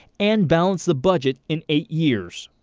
and balance the budget in eight years.